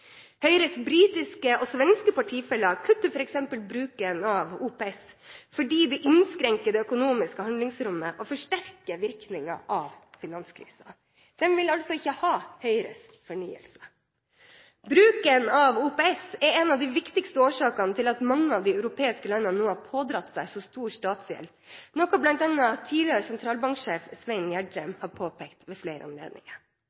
Høyres britiske og svenske politikerfeller kutter f.eks. bruken av OPS fordi det innskrenker det økonomiske handlingsrommet og forsterker virkningen av finanskrisen. De vil altså ikke ha Høyres fornyelse. Bruken av OPS er en av de viktigste årsakene til at mange av de europeiske landene nå har pådratt seg så stor statsgjeld, noe bl.a. tidligere sentralbanksjef Svein Gjedrem har påpekt ved flere anledninger.